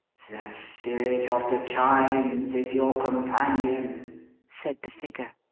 the spirit of the chimes is your companion said the figure.